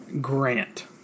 Grant